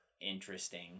interesting